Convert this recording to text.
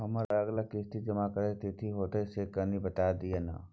हमर अगला किस्ती जमा करबा के तिथि की होतै से कनी बता दिय न?